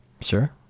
Sure